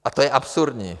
A to je absurdní.